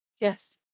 Yes